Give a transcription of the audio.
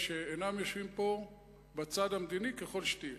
שאינם יושבים פה בצד המדיני ככל שתהיה.